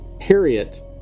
Harriet